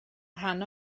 rhan